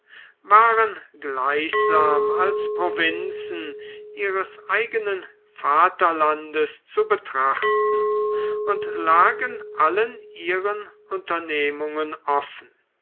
waren gleichsam als provinzen ihres eignen vaterlands zu betrachten und lagen allen ihren unternehmungen offen